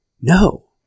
No